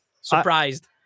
surprised